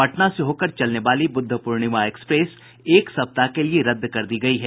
पटना से होकर चलने वाली बुद्ध पूर्णिमा एक्सप्रेस एक सप्ताह के लिए रद्द कर दी गयी है